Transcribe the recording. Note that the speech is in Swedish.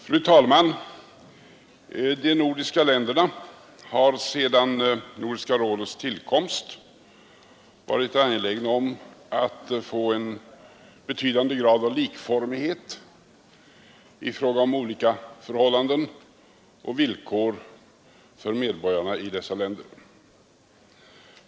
Fru talman! De nordiska länderna har sedan Nordiska rådets tillkomst varit angelägna om att få en betydande grad av likformighet i fråga om olika förhållanden och villkor för medborgarna i dessa länder.